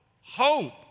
hope